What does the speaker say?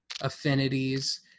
affinities